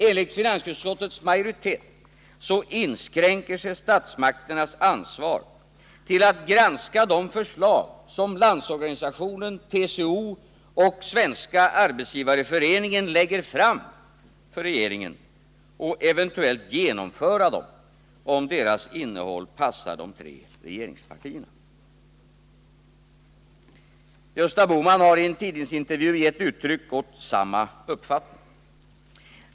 Enligt finansutskottets majoritet inskränker sig statsmakternas ansvar till att granska de förslag som Landsorganisationen, TCO och Svenska arbetsgivareföreningen lägger fram för regeringen — och eventuellt genomföra dem, om deras innehåll passar de tre regeringspartierna. Gösta Bohman har i en tidningsintervju gett uttryck åt samma uppfattning.